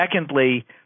secondly